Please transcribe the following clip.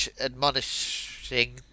admonishing